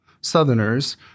southerners